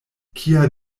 kia